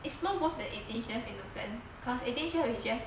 it's more worth than eighteen in a sense because eighteen chef is just